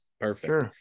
perfect